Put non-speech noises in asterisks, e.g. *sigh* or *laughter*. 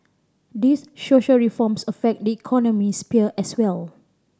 these *unintelligible* reforms affect the economic sphere as well